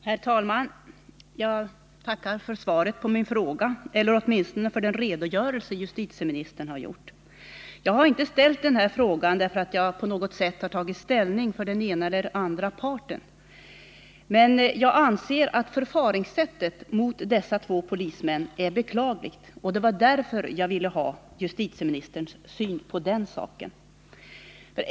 Herr talman! Jag tackar för svaret på min fråga, eller åtminstone för den redogörelse som justitieministern har lämnat. Jag har inte ställt denna fråga därför att jag tagit ställning för den ena eller andra parten. Men jag anser att förfaringssättet mot dessa två polismän är beklagligt, och därför ville jag ha justitieministerns syn på den saken.